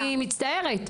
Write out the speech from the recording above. אני מצטערת.